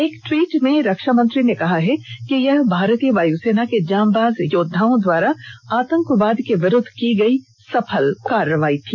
एक ट्वीट में रक्षामंत्री ने कहा कि यह भारतीय वायुसेना के जांबाज योद्वाओं द्वारा आतंकवाद के विरूद्व की गई सफल कार्रवाई थी